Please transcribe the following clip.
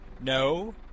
No